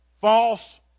False